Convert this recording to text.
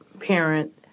parent